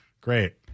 great